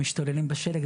הם משתוללים בשלג,